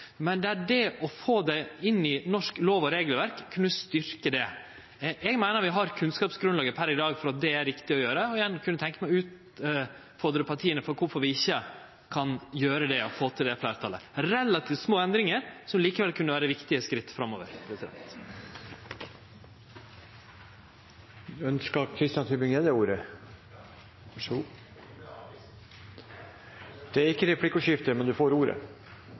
men det å få det inn i norsk lov- og regelverk kunne styrkje det. Eg meiner vi har kunnskapsgrunnlaget per i dag for at det er riktig å gjere det, og eg kunne tenkje meg å utfordre partia på kvifor vi ikkje kan gjere det, og få til det fleirtalet – relativt små endringar, som likevel kunne vere viktige skritt framover. Representanten Tybring-Gjedde har hatt ordet to ganger tidligere i debatten og får ordet